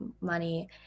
money